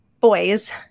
boys